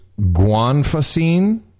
guanfacine